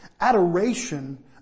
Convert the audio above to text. adoration